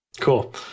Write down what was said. cool